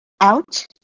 out